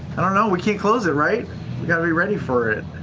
i don't know, we can't close it, right? we got to be ready for it.